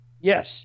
Yes